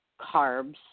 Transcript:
carbs